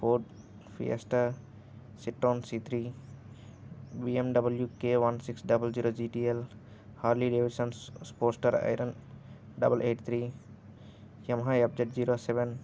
Ford Fiesta Citroen C three BMW K one six double zero GTL Harley Davidson Sportster Iron double వ్ eight three Yamaha FZ zero seven